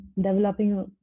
developing